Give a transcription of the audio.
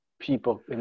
people